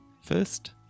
First